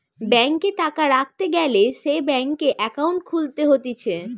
ব্যাংকে টাকা রাখতে গ্যালে সে ব্যাংকে একাউন্ট খুলতে হতিছে